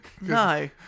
No